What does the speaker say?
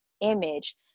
image